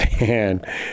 man